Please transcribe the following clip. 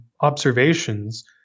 observations